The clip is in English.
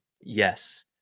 Yes